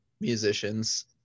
musicians